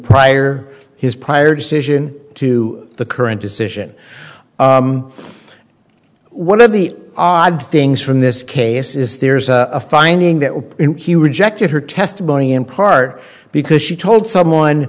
his prior decision to the current decision one of the odd things from this case is there's a finding that he rejected her testimony in part because she told someone